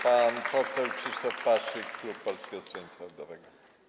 Pan poseł Krzysztof Paszyk, klub Polskiego Stronnictwa Ludowego.